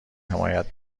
حمایت